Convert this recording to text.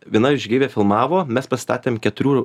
viena žygeivė filmavo mes pastatėm keturių